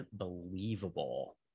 unbelievable